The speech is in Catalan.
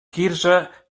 quirze